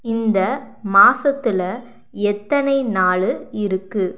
இந்த மாசத்தில் எத்தனை நாள் இருக்குது